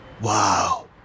Wow